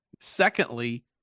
Secondly